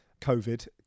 COVID